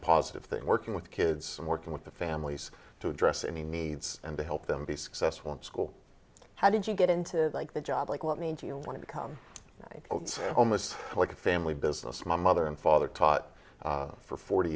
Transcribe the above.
positive thing working with kids and working with the families to address any needs and to help them be successful in school how did you get into like the job like what means you want to come almost like a family business my mother and father taught for forty